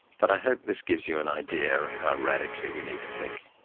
but i hope this gives you an idea of how radically we need to think.